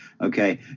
okay